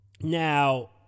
Now